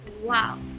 Wow